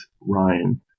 Ryan